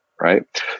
Right